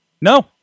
No